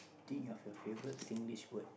think of your favourite Singlish word